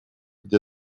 где